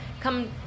Come